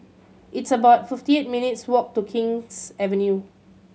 it's about fifty minutes' walk to King's Avenue